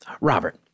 Robert